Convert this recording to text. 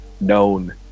known